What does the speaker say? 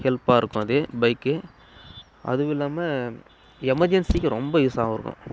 ஹெல்ப்பாக இருக்கும் அது பைக்கு அதுவும் இல்லாமல் எமர்ஜென்சிக்கி ரொம்ப யூஸ்ஸாகவும் இருக்கும்